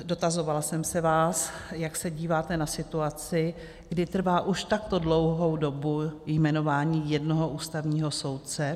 Dotazovala jsem se vás, jak se díváte na situaci, kdy trvá už takto dlouhou dobu jmenování jednoho ústavního soudce.